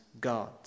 God